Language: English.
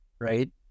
right